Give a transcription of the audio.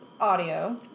audio